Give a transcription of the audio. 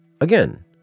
Again